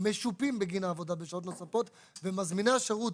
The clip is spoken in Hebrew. משופים בגין העבודה בשעות נוספות ומזמיני השירות,